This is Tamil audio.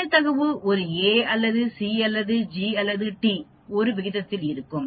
நிகழ்தகவு ஒரு A அல்லது C அல்லது G அல்லது T ஒரு விகிதத்தில் இருக்கும்